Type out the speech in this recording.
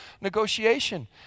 negotiation